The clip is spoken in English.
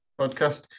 podcast